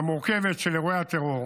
והמורכבת של אירועי הטרור,